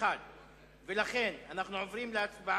קבוצת סיעת רע"ם-תע"ל וקבוצת סיעת האיחוד הלאומי לסעיף 31(3)